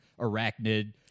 arachnid